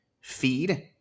feed